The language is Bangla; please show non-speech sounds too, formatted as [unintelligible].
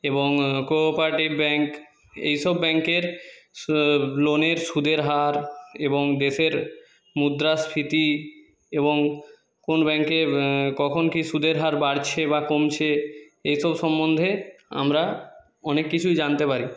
এবং কোঅপারেটিভ ব্যাংক এই সব ব্যাংকের [unintelligible] লোনের সুদের হার এবং দেশের মুদ্রাস্ফীতি এবং কোন ব্যাংকে কখন কী সুদের হার বাড়ছে বা কমছে এই সব সম্বন্ধে আমরা অনেক কিছুই জানতে পারি